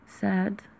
sad